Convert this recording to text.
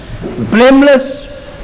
Blameless